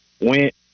went